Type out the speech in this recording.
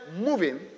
moving